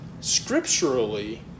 scripturally